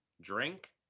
drink